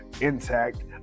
intact